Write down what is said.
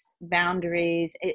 boundaries